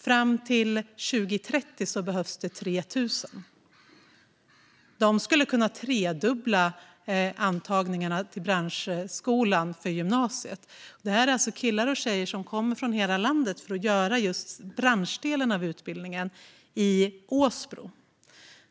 Fram till 2030 behövs det 3 000. De skulle kunna tredubbla antagningarna till branschskolan för gymnasiet. Det här är alltså killar och tjejer som kommer från hela landet för att göra just branschdelen av utbildningen i Åsbro.